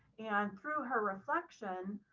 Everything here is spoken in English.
and through her reflection,